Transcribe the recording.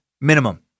minimum